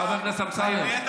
חבר הכנסת אמסלם.